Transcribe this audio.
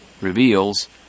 reveals